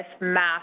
math